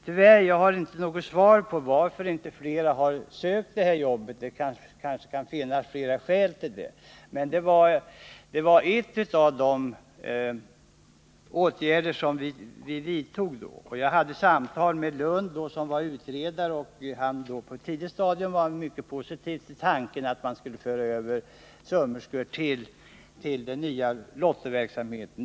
Tyvärr har jag inte något svar på varför inte flera har sökt de här jobben, men det kan naturligtvis finnas flera skäl till det. Etableringen av Lotto var i varje fall en av de åtgärder som vi vidtog. Jag hade samtal med Gunnar Lund som var utredare i det sammanhanget, och han var på ett mycket tidigt stadium positiv till tanken att man skulle föra över sömmerskor till den nya Lottoverksamheten.